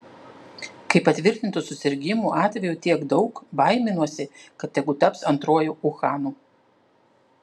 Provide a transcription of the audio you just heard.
kai patvirtintų susirgimų atvejų tiek daug baiminuosi kad tegu taps antruoju uhanu